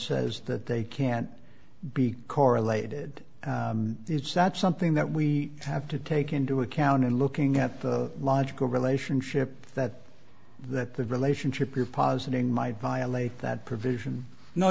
says that they can't be correlated it's something that we have to take into account and looking at the logical relationship that the relationship you're positing might violate that provision no